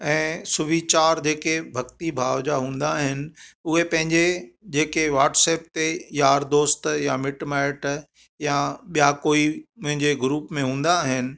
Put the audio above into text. ऐं सुविचार जेके भक्ति भाव जा हूंदा आहिनि उहे पंहिंजे जेके वाट्सएप ते यार दोस्त या मिट माइट या ॿिया कोई मुंहिंजे ग्रुप में हूंदा आहिनि